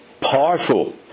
powerful